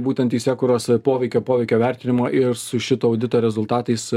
būtent teisėkūros poveikio poveikio vertinimo ir su šito audito rezultatais